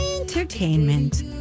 entertainment